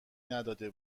نداده